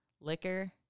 liquor